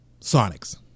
Sonics